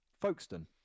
Folkestone